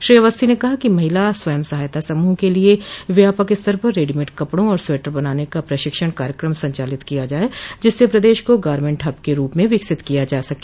श्री अवस्थी ने कहा कि महिला स्वयं सहायता समूह के लिए व्यापक स्तर पर रेडिमेड कपड़ों और स्वेटर बनाने का प्रशिक्षण कार्यक्रम संचालित किए जाएं जिससे प्रदेश को गारमन्ट हब के रूप में विकसित किया जा सके